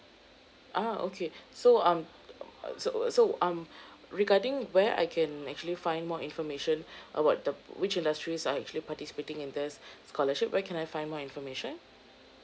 ah okay so um um so so um regarding where I can actually find more information about the which industries are actually participating in this scholarship where can I find more information